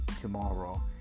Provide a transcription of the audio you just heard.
tomorrow